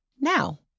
now